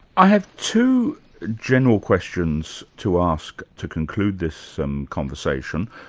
i have two general questions to ask to conclude this um conversation.